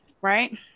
right